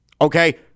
Okay